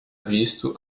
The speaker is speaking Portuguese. visto